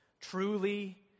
Truly